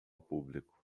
público